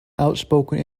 outspoken